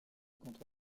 contre